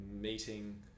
meeting